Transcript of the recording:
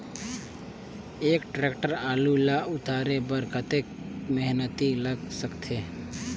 एक टेक्टर आलू ल उतारे बर कतेक मेहनती लाग सकथे?